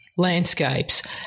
landscapes